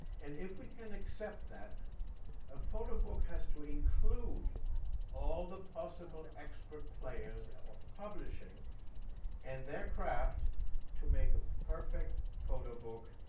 and if we can accept that a photo book has to include all the possible expert players of publishing and their craft to make a perfect photo book.